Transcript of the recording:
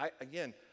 again